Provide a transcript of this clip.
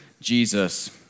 Jesus